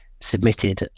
submitted